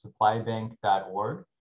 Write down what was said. supplybank.org